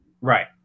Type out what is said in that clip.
Right